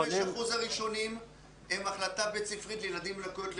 ה-25% הראשונים הם החלטה בית ספרית לילדים עם לקויות למידה,